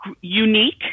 unique